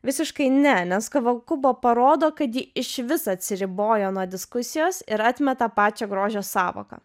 visiškai nes kavakubo parodo kad ji išvis atsiribojo nuo diskusijos ir atmeta pačią grožio sąvoką